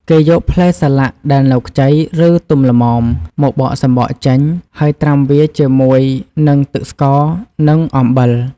គេយកផ្លែសាឡាក់ដែលនៅខ្ចី ឬទុំល្មម មកបកសំបកចេញ ហើយត្រាំវាជាមួយនឹងទឹកស្ករនិងអំបិល។